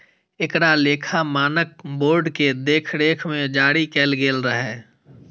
एकरा लेखा मानक बोर्ड के देखरेख मे जारी कैल गेल रहै